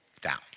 down